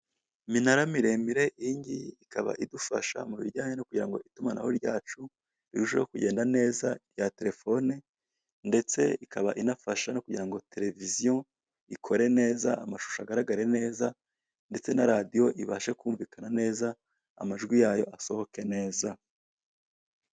Iminara miremire, iyi ngiyi ikaba idufasha mu bijyanye no kugira ngo itumanaho ryacu rirusheho kugenda neza rya telefone ndetse ikaba inafasha no kugira ngo televiziyo ikore neza amashusho agaragare neza ndetse na radiyo ibashe kumvikana neza, amajwi yayo asohoke neza.